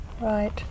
right